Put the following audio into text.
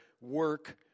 work